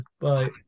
bye